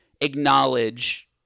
acknowledge